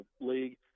league